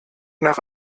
nach